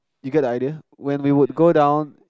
you get idea when we would go down